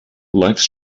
lifes